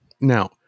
Now